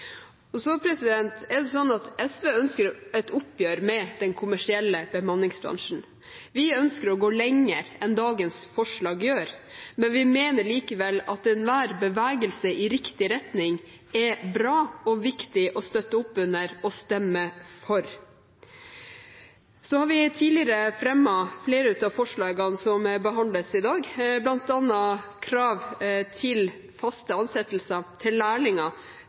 SV ønsker et oppgjør med den kommersielle bemanningsbransjen. Vi ønsker å gå lenger enn dagens forslag gjør. Vi mener likevel at enhver bevegelse i riktig retning er bra – og viktig å støtte opp under og stemme for. Vi har tidligere fremmet flere av forslagene som behandles i dag, bl.a. krav til fast ansettelse for lærlinger og fagarbeidere idet offentlige kontrakter skal lyses ut. Det er fordi offentlige midler må bidra til